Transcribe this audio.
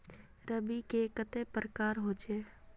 रवि के कते प्रकार होचे?